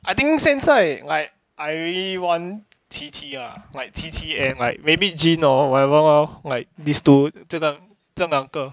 I think 现在 like I really want qiqi ah like qiqi and like maybe jean or whatever lor like these two 这个这两个